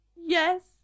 Yes